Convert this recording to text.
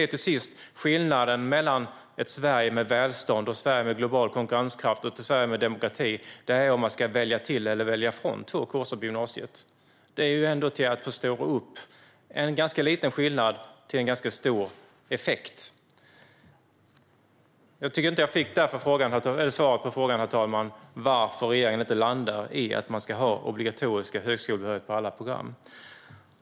Till sist blir skillnaden ett Sverige med välstånd, ett Sverige med global konkurrenskraft och ett Sverige med demokrati om man ska välja till eller välja från två kurser på gymnasiet. Det är ändå att förstora upp en ganska liten skillnad till en ganska stor effekt. Herr talman! Jag tyckte inte att jag fick svaret på frågan varför regeringen inte landar i att man ska ha obligatorisk högskolebehörighet på alla program.